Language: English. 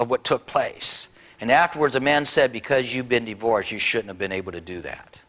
of what took place and afterwards a man said because you've been divorced you should have been able to do that